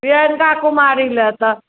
प्रियङ्का कुमारी लऽ तऽ